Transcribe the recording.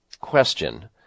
question